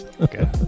okay